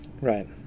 Right